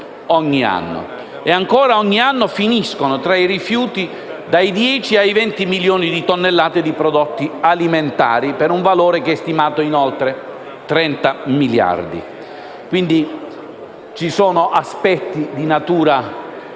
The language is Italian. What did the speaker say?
E ancora, ogni anno finiscono tra i rifiuti dai 10 ai 20 milioni di tonnellate di prodotti alimentari, per un valore stimato in oltre 30 miliardi. Quindi ci sono aspetti di natura etica,